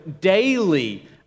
daily